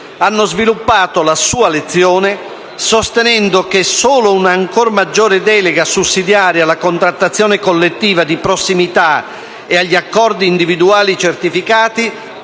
hanno sviluppato la sua lezione sostenendo che solo una ancor maggiore delega sussidiaria alla contrattazione collettiva di prossimità e agli accordi individuali certificati